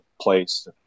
place